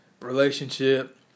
relationship